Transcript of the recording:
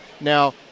Now